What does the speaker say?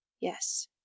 yes